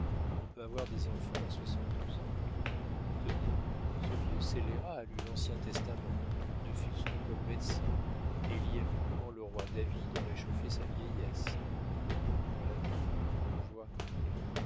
on peut avoir des enfants à soixante-douze ans tenez ce vieux scélérat a lu l'ancien testament ne fût-ce que comme médecin et il y a vu comment le roi david réchauffait sa vieillesse voilà tout bourgeois